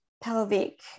pelvic